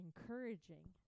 encouraging